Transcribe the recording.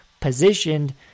positioned